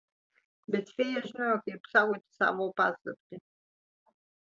bet fėja žinojo kaip saugoti savo paslaptį